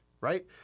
right